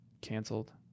canceled